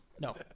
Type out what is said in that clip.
No